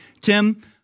Tim